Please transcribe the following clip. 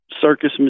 circus